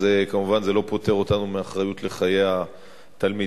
כמובן זה לא פוטר אותנו מהאחריות לחיי התלמידים.